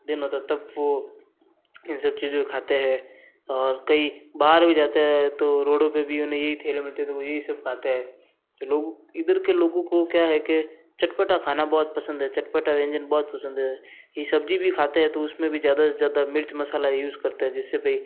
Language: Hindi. दिन होता तब वो इन सब चीजों खाते हैं और कहीं बाहर भी जाता है तो रोडो पर भी उन्हें यही ठेले मिलते तो वो यही सब खाता है इधर के लोगों को क्या है कि चटपटा खाना बहुत पसंद है चटपटा व्यंजन बहुत पसंद है सब्जी भी खाते हैं तो उसमे भी ज़्यादा से ज्यादा मिर्च मसाला यूज़ करते जिससे वे